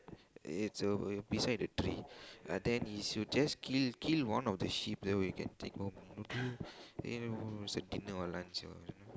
it's a uh beside the tree ah then is you just kill kill one of the sheep then we can take home you know do as a dinner or lunch or